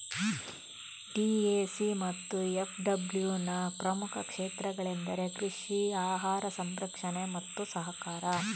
DAC ಮತ್ತು ಎಫ್.ಡಬ್ಲ್ಯೂನ ಪ್ರಮುಖ ಕ್ಷೇತ್ರಗಳೆಂದರೆ ಕೃಷಿ, ಆಹಾರ ಸಂರಕ್ಷಣೆ ಮತ್ತು ಸಹಕಾರ